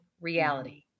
reality